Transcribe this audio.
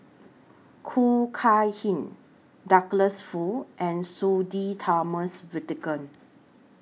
Khoo Kay Hian Douglas Foo and Sudhir Thomas Vadaketh